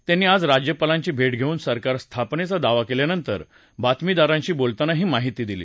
त्यांनी आज राज्यपालांची भेट घेऊन सरकार स्थापनेचा दावा केल्यानंतर बातमीदारांशी बोलताना ही माहिती दिली